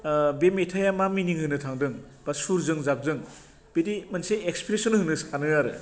बे मेथाइआ मा मिनिहोनो थांदों बा सुरजों जाबजों बिदि मोनसे एक्सप्रेसन होनो सानो आरो